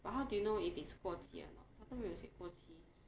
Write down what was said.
but how do you know if it's 过期 or not sometime it will say 过期